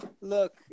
Look